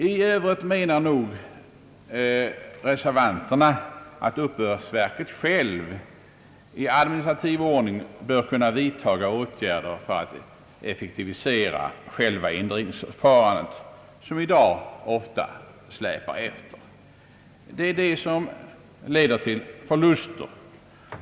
I övrigt anser reservanterna, att uppbördsverket självt i administrativ ordning bör kunna vidtaga åtgärder för att effektivisera själva indrivningsförfarandet, som i dag ofta släpar efter. Det leder till förluster.